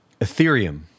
Ethereum